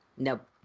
Nope